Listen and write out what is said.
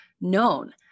known